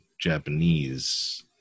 Japanese